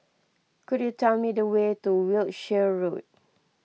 could you tell me the way to Wiltshire Road